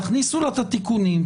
תכניסו תיקונים,